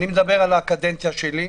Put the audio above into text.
אני מדבר על הקדנציה שלי,